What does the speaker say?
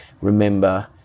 remember